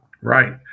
right